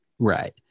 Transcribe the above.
Right